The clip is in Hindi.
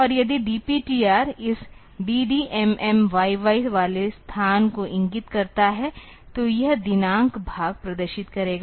और यदि DPTR इस dd mm yy वाले स्थान को इंगित करता है तो यह दिनांक भाग प्रदर्शित करेगा